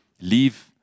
leave